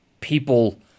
people